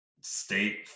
state